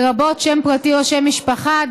לרבות שם פרטי או שם משפחה,